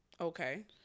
Okay